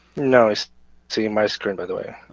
no it's seeing my screen by the way. ah,